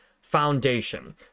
foundation